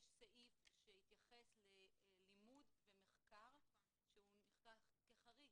סעיף שהתייחס ללימוד ומחקר שנחשב כחריג,